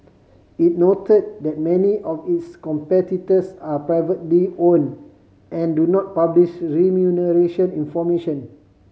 it noted that many of its competitors are privately own and do not publish remuneration information